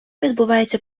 відбувається